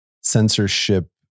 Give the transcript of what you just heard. censorship